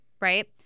right